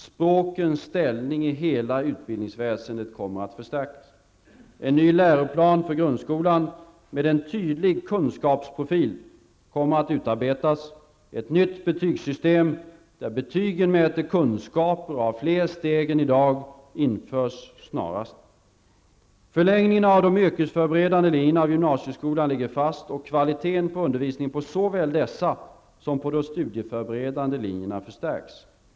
Språkens ställning i hela utbildningsväsendet kommer att förstärkas. En ny läroplan för grundskolan med en tydlig kunskapsprofil kommer att utarbetas. Ett nytt betygssystem, där betygen mäter kunskaper och har fler steg än i dag, införs snarast. Förlängningen av de yrkesförberedande linjerna av gymnasieskolan ligger fast, och kvaliteten på undervisningen såväl på dessa som på studieförberedande linjerna förstärks.